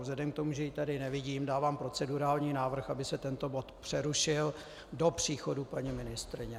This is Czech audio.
Vzhledem k tomu, že ji tady nevidím, dávám procedurální návrh, aby se tento bod přerušil do příchodu paní ministryně.